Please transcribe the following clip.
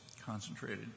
concentrated